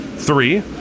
Three